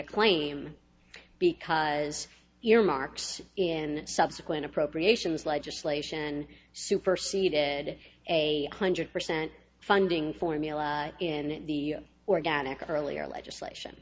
a claim because your marks in subsequent appropriations legislation superceded a hundred percent funding formula in the organic earlier legislation